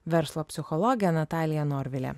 verslo psichologė natalija norvilė